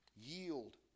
yield